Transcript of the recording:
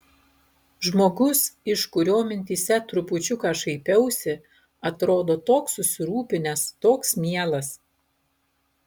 žmogus iš kurio mintyse trupučiuką šaipiausi atrodo toks susirūpinęs toks mielas